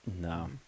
no